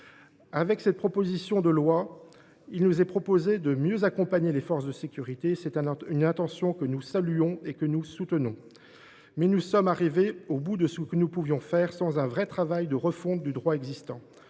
de cette proposition de loi, il nous est proposé de mieux accompagner les forces de sécurité. C’est une intention que nous saluons et que nous soutenons, mais nous sommes arrivés au bout de ce que nous pouvions faire sans un vrai travail de refonte du droit existant.